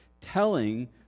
telling